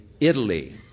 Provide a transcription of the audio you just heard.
Italy